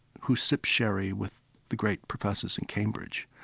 who sips sherry with the great professors in cambridge,